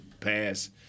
pass